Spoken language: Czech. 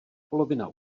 polovina